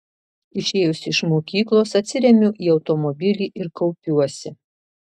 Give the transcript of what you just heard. išėjusi iš mokyklos atsiremiu į automobilį ir kaupiuosi